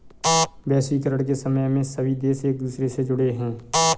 वैश्वीकरण के समय में सभी देश एक दूसरे से जुड़े है